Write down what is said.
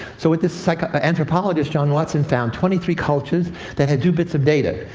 so but this like ah anthropologist, john watson, found twenty three cultures that had two bits of data.